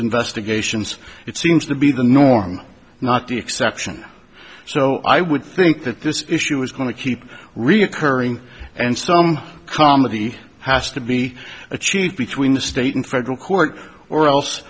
investigations it seems to be the norm not the exception so i would think that this issue is going to keep reoccurring and some comedy has to be achieved between the state and federal court or else